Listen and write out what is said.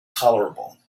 tolerable